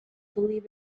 believe